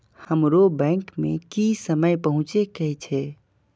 हमरो बैंक में की समय पहुँचे के छै?